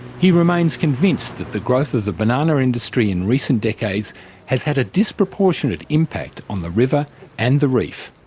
he remains convinced that the growth of the banana industry in recent decades has had a disproportionate impact on the river and the reef.